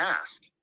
ask